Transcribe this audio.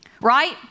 Right